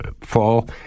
fall